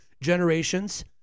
generations